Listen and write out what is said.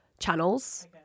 channels